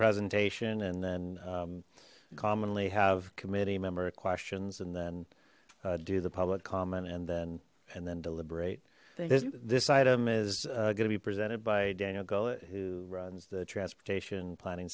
presentation and then commonly have committee member questions and then do the public comment and then and then deliberate this item is going to be presented by daniel gullet who runs the transportation planning